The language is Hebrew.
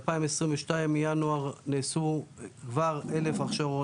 מינואר 2022 נעשו כבר 1,000 הכשרות,